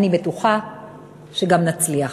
ואני בטוחה שגם נצליח.